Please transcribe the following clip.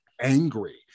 angry